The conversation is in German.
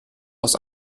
aus